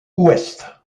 ouest